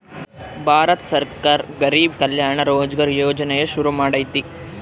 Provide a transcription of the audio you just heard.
ಭಾರತ ಸರ್ಕಾರ ಗರಿಬ್ ಕಲ್ಯಾಣ ರೋಜ್ಗರ್ ಯೋಜನೆನ ಶುರು ಮಾಡೈತೀ